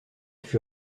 fut